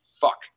fuck